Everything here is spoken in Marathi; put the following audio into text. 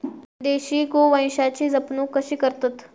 देशी गोवंशाची जपणूक कशी करतत?